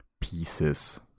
pieces